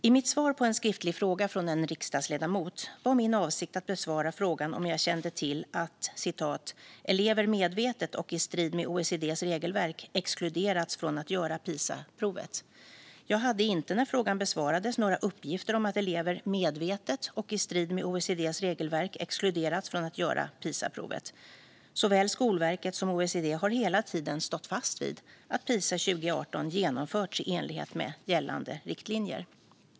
I mitt svar på en skriftlig fråga från en riksdagsledamot var min avsikt att besvara frågan om jag kände till att elever medvetet, och i strid med OECD:s regelverk, exkluderats från att göra Pisaprovet. När frågan besvarades hade jag inte några uppgifter om att elever medvetet, och i strid med OECD:s regelverk, exkluderats från att göra Pisaprovet. Såväl Skolverket som OECD har hela tiden stått fast vid att Pisa 2018 genomförts i enlighet med gällande riktlinjer.